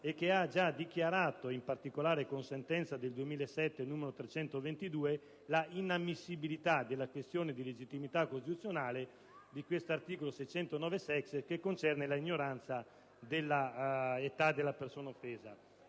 e ha già dichiarato, in particolare con la sentenza n. 322 del 2007, l'inammissibilità della questione di legittimità costituzionale dell'articolo 609-*sexies*, che concerne l'ignoranza dell'età della persona offesa.